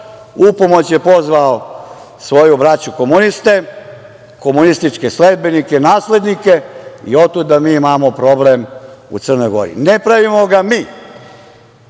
pomoć je pozvao svoju braću komuniste, komunističke sledbenike, naslednike i otuda mi imamo problem u Crnoj Gori. Ne pravimo ga mi,